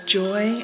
joy